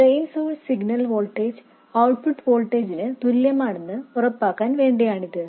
drain source signal voltage output വോൾട്ടേജിന് തുല്യമാണെന്ന് ഉറപ്പാക്കാൻ വേണ്ടിയാണിത്